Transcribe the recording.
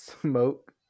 smoke